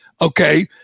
Okay